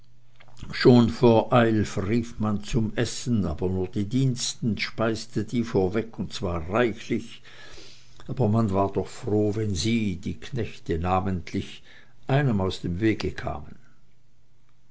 schon vor eilf rief man zum essen aber nur die diensten speiste die vorweg und zwar reichlich aber man war doch froh wenn sie die knechte namentlich einem aus dem wege kamen